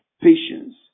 patience